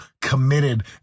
committed